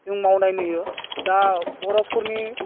जों मावनाय नुयो दा बर'फोरनि